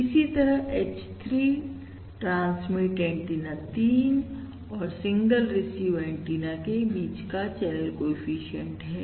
इसी तरह से H3 ट्रांसमीट एंटीना 3 और सिंगल रिसीव एंटीना के बीच का चैनल कोएफिशिएंट है